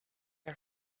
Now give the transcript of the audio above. are